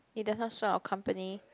it does not show our company